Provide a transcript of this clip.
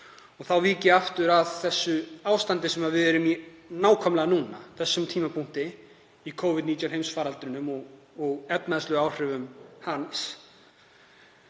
Þá vík ég aftur að því ástandi sem við erum í nákvæmlega núna á þessum tímapunkti, í Covid-19 heimsfaraldrinum og efnahagslegum áhrifum hans.